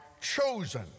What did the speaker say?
chosen